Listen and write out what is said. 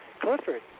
Clifford